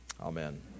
Amen